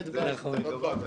זה נכון.